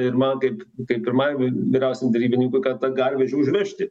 ir man kaip kai pirmai vyriausiajam derybininkui kad tą garvežį užmiršti